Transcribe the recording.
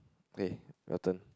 kay your turn